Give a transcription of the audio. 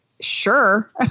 sure